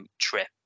trip